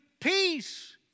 peace